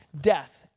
Death